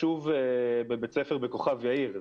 בבית ספר בכוכב יאיר.